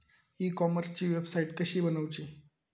E कॉमर्सची website कशी बनवची?